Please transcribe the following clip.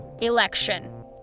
election